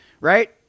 right